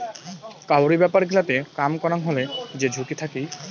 কাউরি ব্যাপার গিলাতে কাম করাং হলে যে ঝুঁকি থাকি